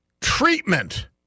Treatment